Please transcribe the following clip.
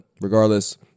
regardless